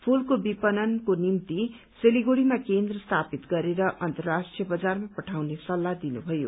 फेलको विपत्रको निम्ति सिलगढ़ीमा केन्द्र स्थापित गरेर अन्तर्राष्ट्रीय बजारमा पठाउने सल्लाह दिनुभयो